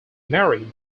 married